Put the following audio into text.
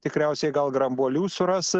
tikriausiai gal grambuolių suras